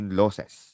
losses